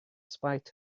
spite